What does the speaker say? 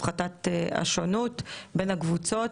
עוד יתרון, הפחתת השונות בין הקבוצות.